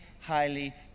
highly